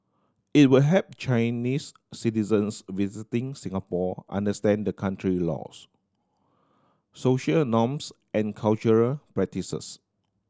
it will help Chinese citizens visiting Singapore understand the country laws social norms and cultural practices